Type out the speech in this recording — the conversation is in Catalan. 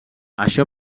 això